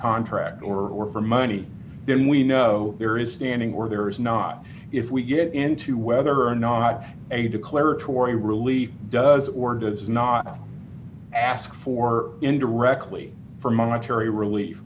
con track or for money then we know there is standing or there is not if we get into whether or not a declaratory relief does or does not ask for indirectly for monetary relief